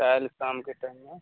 काल्हि शामके टाइममे